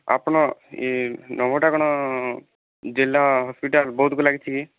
ଆପଣ ଇଏ ଗ୍ରାମଟା କ'ଣ ଜିଲ୍ଲା ହସ୍ପିଟାଲ ବୌଦ୍ଧକୁ ଲାଗିଛି କି